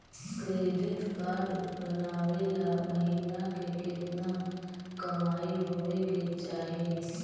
Credit card बनबाबे ल महीना के केतना कमाइ होबे के चाही?